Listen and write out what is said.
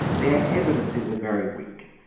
their evidences are very weak.